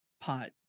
Pot